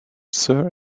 sir